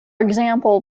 example